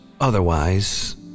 otherwise